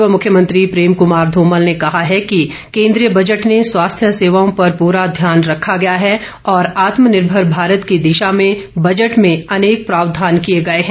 पूर्व मुख्यमंत्री प्रेम कुमार धूमल ने कहा है कि केन्द्रीय बजट ने स्वास्थ्य सेवाओं पर पूरा ध्यान रखा गया है और आत्मनिर्भर भारत की दिशा में बजट में अनेक प्रावधान किए गए हैं